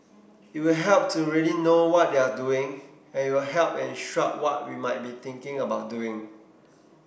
it will help to really know what they're doing and it will help and instruct what we might be thinking about doing